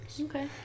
okay